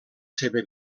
seva